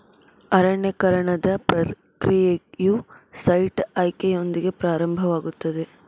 ಅರಣ್ಯೇಕರಣದ ಪ್ರಕ್ರಿಯೆಯು ಸೈಟ್ ಆಯ್ಕೆಯೊಂದಿಗೆ ಪ್ರಾರಂಭವಾಗುತ್ತದೆ